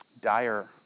dire